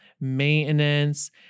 maintenance